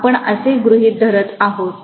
आपण असे गृहित धरत आहोत